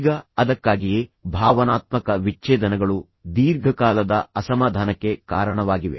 ಈಗ ಅದಕ್ಕಾಗಿಯೇ ಭಾವನಾತ್ಮಕ ವಿಚ್ಛೇದನಗಳು ದೀರ್ಘಕಾಲದ ಅಸಮಾಧಾನಕ್ಕೆ ಕಾರಣವಾಗಿವೆ